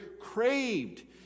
craved